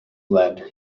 led